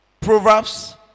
Proverbs